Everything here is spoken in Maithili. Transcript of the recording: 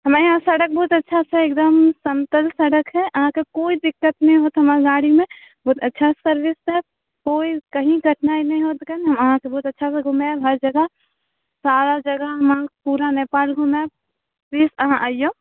हमरा यहाँ सड़क बहुत अच्छा छै एकदम समतल सड़क हइ अहाँके कोइ दिक्कत नहि हैत हमर गाड़ीमे बहुत अच्छासँ सर्विस देब कोइ कहीँ कठिनाइ नहि हैत हँ अहाँके बहुत अच्छासँ घुमाएब हर जगह सारा जगह हम अहाँके पूरा नेपाल घुमाएब प्लीज अहाँ अइऔ